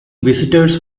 visitors